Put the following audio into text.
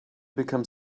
become